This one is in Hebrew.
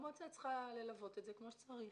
המועצה צריכה ללוות את זה כמו שצריך.